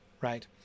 right